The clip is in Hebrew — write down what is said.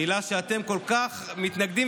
מילה שאתם כל כך מתנגדים,